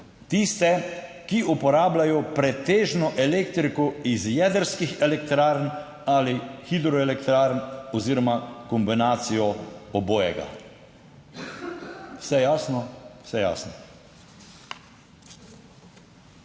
tiste, ki uporabljajo pretežno elektriko iz jedrskih elektrarn ali hidroelektrarn oziroma kombinacijo obojega. Vse jasno? Vse jasno.